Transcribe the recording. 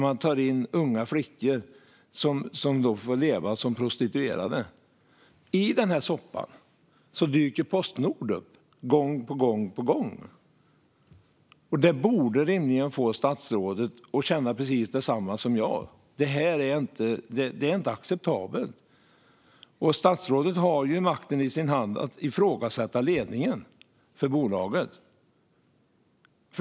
Man tar in unga flickor som får leva som prostituerade. I den här soppan dyker Postnord upp gång på gång. Detta borde rimligen få statsrådet att känna precis detsamma som jag: Det här är inte acceptabelt. Statsrådet har ju makten i sin hand att ifrågasätta ledningen för bolaget.